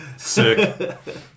Sick